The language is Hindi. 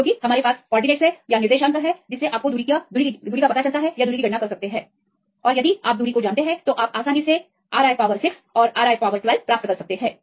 क्योंकि हमारे पास निर्देशांक हैं आप दूरी की गणना कर सकते हैं यदि आप दूरी को जानते हैं तो आप आसानी से R i पावर 6 और R i पावर 12 प्राप्त कर सकते हैं